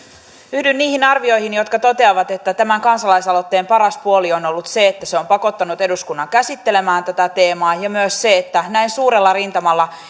yhdyn niihin arvioihin jotka toteavat että tämän kansalaisaloitteen paras puoli on ollut se että se on pakottanut eduskunnan käsittelemään tätä teemaa ja myös se että näin suurella rintamalla